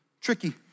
tricky